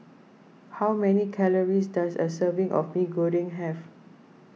how many calories does a serving of Mee Goreng have